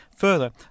Further